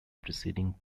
preceding